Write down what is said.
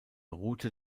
route